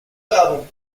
album